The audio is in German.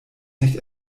nicht